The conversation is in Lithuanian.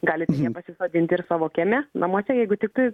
galite ją pasisodinti ir savo kieme namuose jeigu tiktai